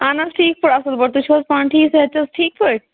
اَہَن حظ ٹھیٖک پٲٹھۍ اَصٕل پٲٹھۍ تُہۍ چھِو حظ پانہٕ ٹھیٖک صحت چھِ حظ ٹھیٖک پٲٹھۍ